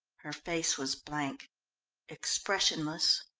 her face was blank expressionless.